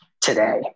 today